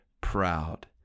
proud